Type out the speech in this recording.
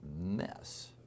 mess